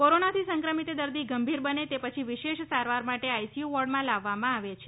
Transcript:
કોરોનાથી સંક્રમિત દર્દી ગંભીર બને તે પછી વિશેષ સારવાર માટે આઇસીયુ વોર્ડમાં લાવવામાં આવે છે